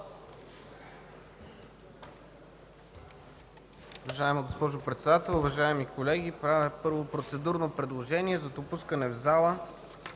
Уважаема госпожо Председател, уважаеми колеги! Правя процедурно предложение за допускане в залата...